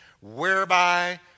whereby